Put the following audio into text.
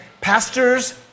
Pastors